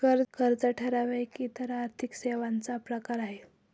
कर्ज ठराव एक इतर आर्थिक सेवांचा प्रकार आहे